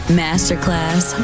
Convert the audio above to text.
masterclass